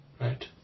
Right